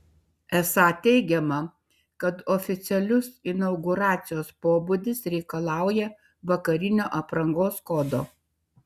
esą teigiama kad oficialus inauguracijos pobūdis reikalauja vakarinio aprangos kodo